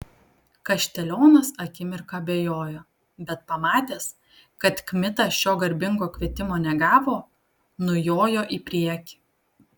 kaštelionas akimirką abejojo bet pamatęs kad kmita šio garbingo kvietimo negavo nujojo į priekį